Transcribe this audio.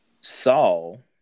Saul